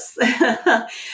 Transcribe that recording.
Yes